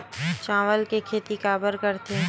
चावल के खेती काबर करथे?